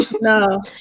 No